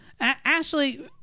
Ashley